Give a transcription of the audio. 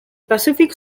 pacific